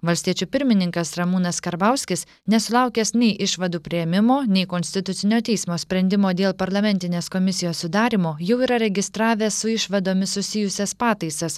valstiečių pirmininkas ramūnas karbauskis nesulaukęs nei išvadų priėmimo nei konstitucinio teismo sprendimo dėl parlamentinės komisijos sudarymo jau yra registravęs su išvadomis susijusias pataisas